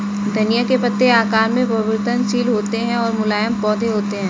धनिया के पत्ते आकार में परिवर्तनशील होते हैं और मुलायम पौधे होते हैं